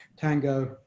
Tango